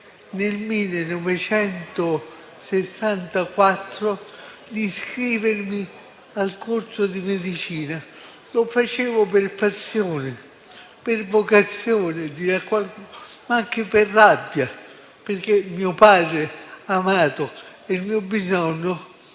nel 1964 decisi di iscrivermi al corso di medicina. Lo facevo per passione, per vocazione, ma anche per rabbia, perché il mio amato padre, il mio bisnonno,